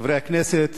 חברי הכנסת,